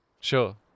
sure